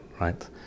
right